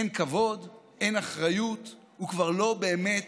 אין כבוד, אין אחריות, הוא כבר לא באמת